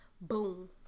Boom